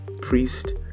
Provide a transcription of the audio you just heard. priest